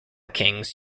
kings